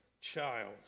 child